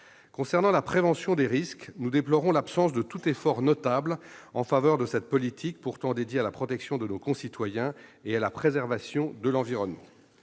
Concernant la prévention des risques, nous déplorons l'absence de tout effort notable en faveur de cette politique portant dédiée à la protection de nos concitoyens et à la préservation de l'environnement.